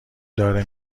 داره